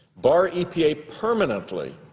bar e p a. permanently